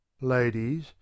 Ladies